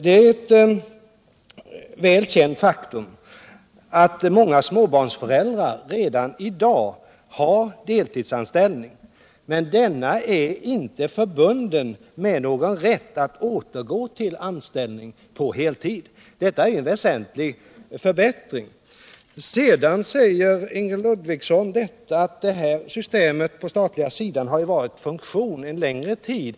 Det är ett välkänt faktum att många småbarnsföräldrar I dag har deltidsanställning som inte är förbunden med rätt att återgå till anställning på heltid. Det är en väsentlig förbättring som nu gjorts. Sedan sade Ingrid Ludvigsson att detta system har varit i funktion en längre tid på den statliga sidan.